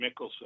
Mickelson